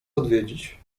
odwiedzić